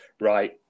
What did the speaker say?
Right